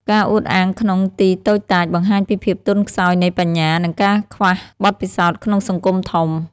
ការអួតអាងក្នុងទីតូចតាច បង្ហាញពីភាពទន់ខ្សោយនៃបញ្ញា និងការខ្វះបទពិសោធន៍ក្នុងសង្គមធំ។